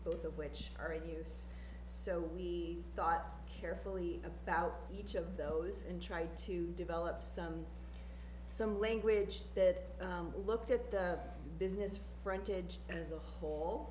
both of which are in use so we thought carefully about each of those and try to develop some some language that looked at the business frontage as a whole